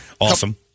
Awesome